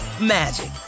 magic